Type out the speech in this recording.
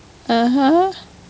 (uh huh)